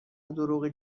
دروغی